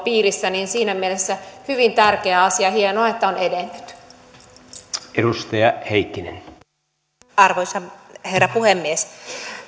piirissä eli siinä mielessä hyvin tärkeä asia hienoa että se on edennyt arvoisa herra puhemies